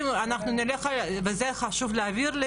זה חשוב להבהיר,